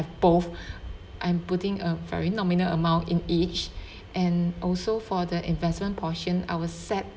both I'm putting a very nominal amount in each and also for the investment portion I will set